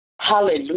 Hallelujah